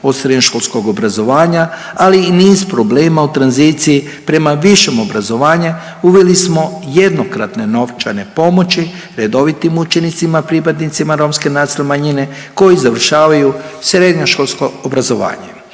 od srednjoškolskog obrazovanja, ali i niz problema u tranziciji prema višem obrazovanje, uveli smo jednokratne novčane pomoći redovitim učenicima pripadnicima romske nacionalne manjine koji završavaju srednjoškolsko obrazovanje